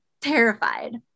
terrified